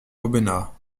aubenas